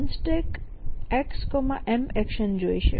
xM action જોઈશે